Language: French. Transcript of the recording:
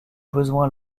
besoins